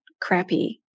crappy